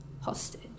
hostage